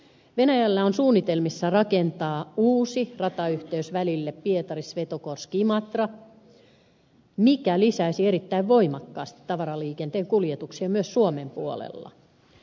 venäjällä on suunnitelmissa rakentaa uusi ratayh teys välille pietarisvetogorskimatra mikä lisäisi erittäin voimakkaasti tavaraliikenteen kuljetuksia myös suomen puolella